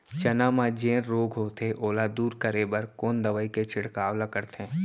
चना म जेन रोग होथे ओला दूर करे बर कोन दवई के छिड़काव ल करथे?